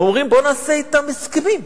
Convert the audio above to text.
אומרים: בוא נעשה אתם הסכמים,